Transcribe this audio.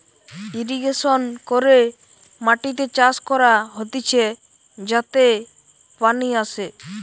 irrigation করে মাটিতে চাষ করা হতিছে যাতে পানি আসে